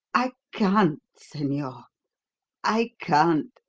i can't, senor i can't!